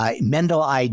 Mendel